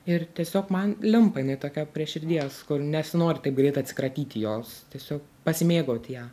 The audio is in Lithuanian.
ir tiesiog man limpa jinai tokia prie širdies kur nesinori taip greit atsikratyti jos tiesiog pasimėgaut ja